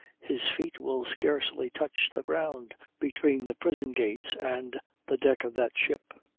his feet will scarcely touch the ground between the prison-gates and the deck of that ship.